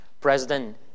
President